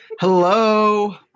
hello